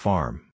Farm